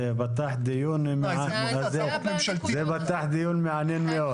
זה פתח דיון מעניין מאוד.